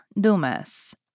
Dumas